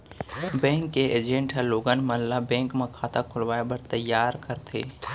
bank के agent ह लोगन मन ल बेंक म खाता खोलवाए बर तइयार करथे